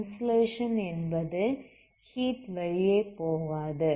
insulation என்பது heat வெளியே போகாது